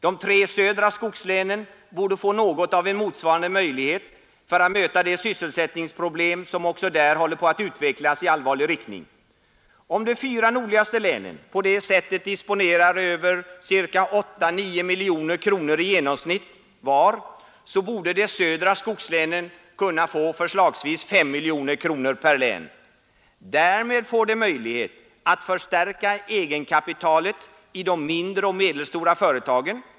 De tre södra skogslänen borde få något av en motsvarande möjlighet för att möta de sysselsättningsproblem som också där håller på att utvecklas i allvarlig riktning. Om vart och ett av de fyra nordligaste länen på det sättet disponerar över 8 å 9 miljoner kronor, så borde de södra skogslänen kunna få förslagsvis 5 miljoner kronor vartdera. Därmed har de möjlighet att förstärka egenkapitalet i de mindre och medelstora företagen.